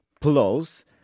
plus